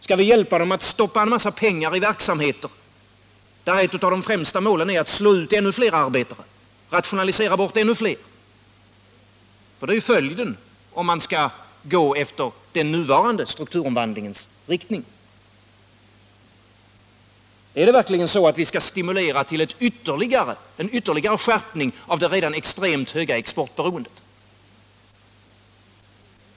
Skall vi hjälpa dem att stoppa en massa pengar i verksamheter, där ett av de främsta målen är att slå ut ännu fler arbetare, rationalisera bort ännu fler? För det blir ju följden om man skall gå i den nuvarande strukturomvandlingens riktning. Är det verkligen så att vi skall stimulera till ytterligare skärpning av det redan extremt höga exportberoendet?